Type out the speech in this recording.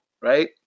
right